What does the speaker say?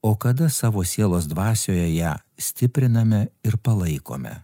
o kada savo sielos dvasioje ją stipriname ir palaikome